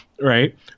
Right